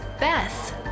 Beth